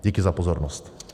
Díky za pozornost.